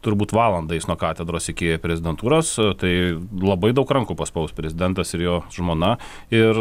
turbūt valandą eis nuo katedros iki prezidentūros tai labai daug rankų paspaus prezidentas ir jo žmona ir